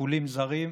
שיקולים זרים,